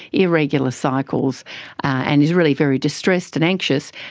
irregular cycles and is really very distressed and anxious,